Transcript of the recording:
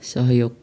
सहयोग